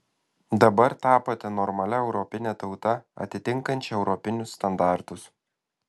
dabar tapote normalia europine tauta atitinkančia europinius standartus